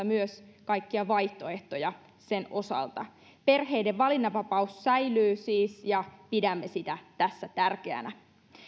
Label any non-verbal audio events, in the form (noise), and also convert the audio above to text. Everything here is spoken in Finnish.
(unintelligible) myös kaikkia vaihtoehtoja sen osalta perheiden valinnanvapaus säilyy siis ja pidämme sitä tässä tärkeänä